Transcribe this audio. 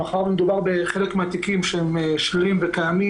מאחר שמדובר בחלק מהתיקים ששרירים וקיימים